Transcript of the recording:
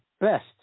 best